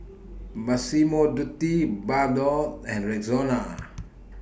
Massimo Dutti Bardot and Rexona